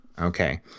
Okay